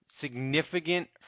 significant